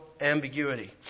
ambiguity